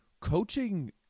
coaching